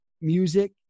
music